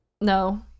No